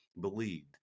believed